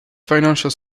financial